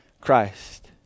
Christ